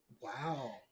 Wow